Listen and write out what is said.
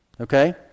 Okay